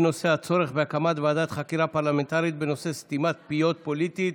בנושא: הצורך בהקמת ועדת חקירה פרלמנטרית בנושא סתימת פיות פוליטית,